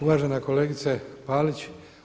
Uvažena kolegice Balić.